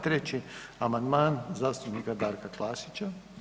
Treći amandman zastupnika Darka Klasića.